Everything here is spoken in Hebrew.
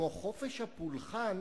כמו חופש הפולחן,